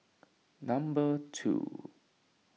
number two